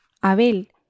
Abel